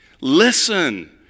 Listen